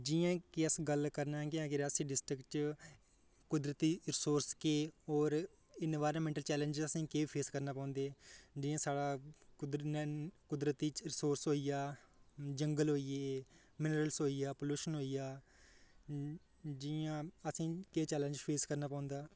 जि'यां कि अगर अस गल्ल करने आं कि अगर अस डिस्ट्रिक कुदरती सोर्स कि और इन्वायर्नमेंटल चैलेंज असें गी केह् फेस करना पौंदे जि'यां साढ़ा कुदरती कुदरती सोर्स होई गेआ जंगल होई गे मिनरल होई गे पल्यूशन होई गेआ जि'यां असें गी केह् चैलेंज फेस करना पौंदा ऐ